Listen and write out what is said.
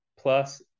plus